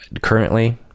currently